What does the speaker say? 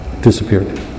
disappeared